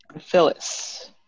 Phyllis